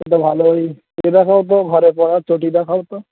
একটা ভালো এই এ দেখাও তো ঘরে পরার চটি দেখাও তো